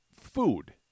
food